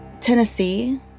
Tennessee